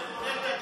פיתחו אותו